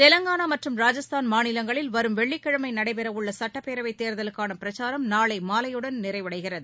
தெலங்கானா மற்றும் ராஜஸ்தான் மாநிலங்களில் வரும் வெள்ளிக்கிழமை நடைபெற உள்ள சட்டப்பேரவைத் தேர்தலுக்கான பிரச்சாரம் நாளை மாலையுடன் நிறைவடைகிறது